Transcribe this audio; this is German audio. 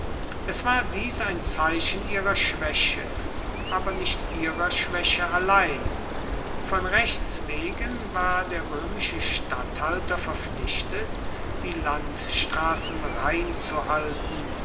es war dies ein zeichen ihrer schwäche aber nicht ihrer schwäche allein von rechts wegen war der römische statthalter verpflichtet die landstraßen